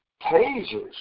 pages